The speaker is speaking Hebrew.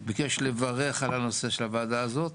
הוא ביקש לברך על הנושא של הוועדה הזאת,